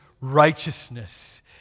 righteousness